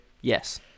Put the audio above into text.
yes